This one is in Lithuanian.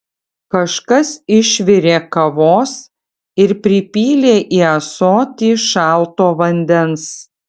kažkas išvirė kavos ir pripylė į ąsotį šalto vandens